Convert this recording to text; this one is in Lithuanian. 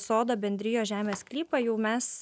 sodo bendrijos žemės sklypą jau mes